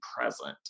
present